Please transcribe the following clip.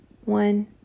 one